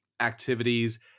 activities